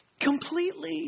Completely